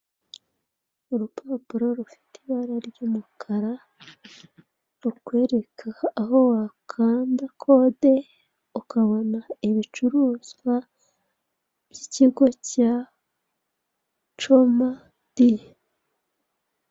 Urupapuro rufite ibara ry'umukara rukwereka aho wakanda kode ukabona ibicuruzwa by'ikigo cya coma di.